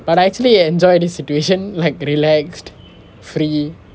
but I actually enjoy this situation like relaxed free